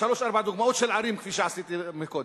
שלוש-ארבע דוגמאות של ערים, כפי שעשיתי קודם.